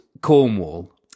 Cornwall